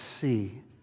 see